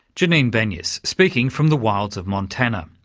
janine benyus, speaking from the wilds of montana.